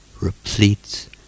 Replete